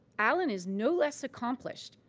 allen is no less accomplished.